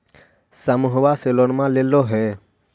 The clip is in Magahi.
समुहवा से लोनवा लेलहो हे?